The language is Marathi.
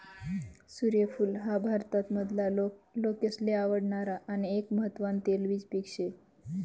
सूर्यफूल हाई भारत मधला लोकेसले आवडणार आन एक महत्वान तेलबिज पिक से